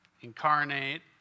incarnate